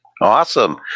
Awesome